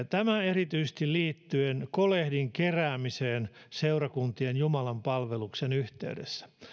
tämä erityisesti liittyen kolehdin keräämiseen seurakuntien jumalanpalveluksen yhteydessä